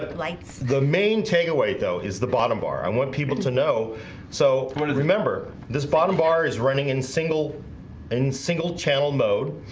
but like the main takeaway, though is the bottom bar. i want people to know so what is remember this bottom bar is running in single in single channel mode.